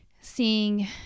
seeing